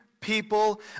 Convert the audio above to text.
people